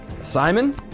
Simon